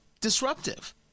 disruptive